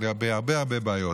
לגבי הרבה הרבה בעיות.